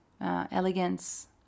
elegance